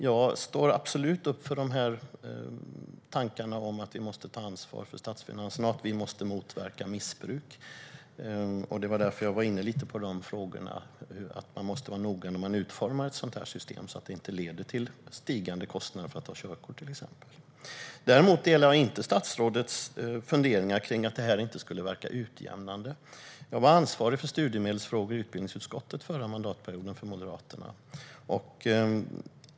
Jag står absolut upp för tankarna om att vi måste ta ansvar för statsfinanserna och att vi måste motverka missbruk. Det var därför jag var inne lite grann på dessa frågor; man måste vara noga när man utformar ett sådant här system så att det inte leder till stigande kostnader för att ta körkort, till exempel. Däremot delar jag inte statsrådets funderingar på att det här inte skulle verka utjämnande. Jag var ansvarig för studiemedelsfrågor i utbildningsutskottet för Moderaterna under förra mandatperioden.